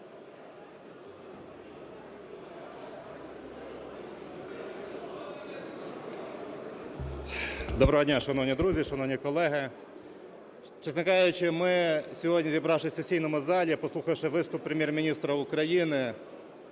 Доброго дня, шановні друзі, шановні колеги. Чесно кажучи, ми сьогодні, зібравшись в сесійному залі, послухавши виступ Прем’єр-міністра України,